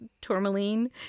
tourmaline